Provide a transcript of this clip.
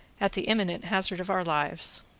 at the imminent hazard of our lives.